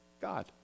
God